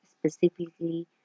specifically